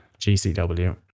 GCW